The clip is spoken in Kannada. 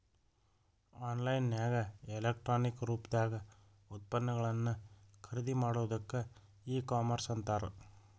ಆನ್ ಲೈನ್ ನ್ಯಾಗ ಎಲೆಕ್ಟ್ರಾನಿಕ್ ರೂಪ್ದಾಗ್ ಉತ್ಪನ್ನಗಳನ್ನ ಖರಿದಿಮಾಡೊದಕ್ಕ ಇ ಕಾಮರ್ಸ್ ಅಂತಾರ